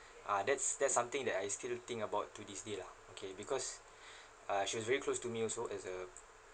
ah that's that's something that I still think about to this day lah okay because uh she was very close to me also as a